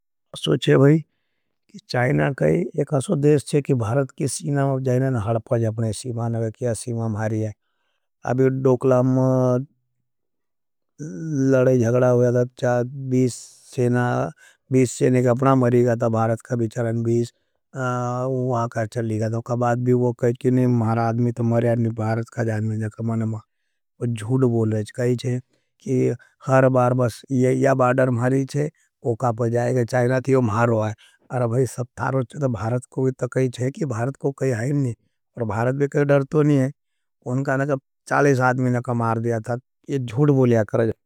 असो छे चाइना एक असो देश है कि भारत की सीना में आप जाएंगे ना हड़पाजे अपने सीमा नगे कि या सीमा मारी है। अभी डोकला में लड़े जगड़ा हुया था चाएंगे बीस सेने की अपना मरी गया था भारत का भी चरण बीस वहां का चली गया था। अपने सीमा में लड़े जगड़ा हुया था चाएंगे बीस सेने की अपना मरी गया था भारत का भी चरण बीस वहां का चली जगड़ा हुया था। भारत का भी चरण बीस वहां का चली जगड़ा हुया था। ओओ झूठ बोल रे ठहए कई छे,ारो भाई जब सब थारो छे तो भारत का भी कुछ ची के नई। ये झूठ बोल्या।